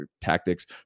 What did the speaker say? tactics